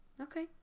Okay